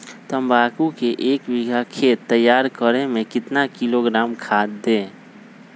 तम्बाकू के एक बीघा खेत तैयार करें मे कितना किलोग्राम खाद दे?